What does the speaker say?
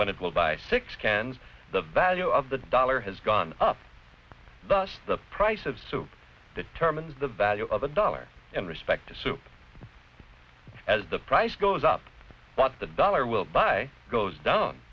when it will buy six cans the value of the dollar has gone up thus the price of soup determines the value of a dollar in respect to soup as the price goes up but the dollar will buy goes down